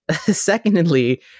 Secondly